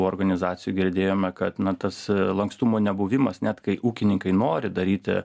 organizacijų girdėjome kad na tas lankstumo nebuvimas net kai ūkininkai nori daryti